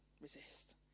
resist